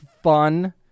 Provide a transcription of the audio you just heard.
fun